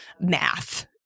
math